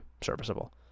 serviceable